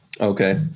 Okay